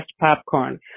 popcorn